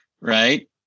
Right